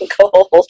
Cold